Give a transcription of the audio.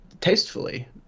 tastefully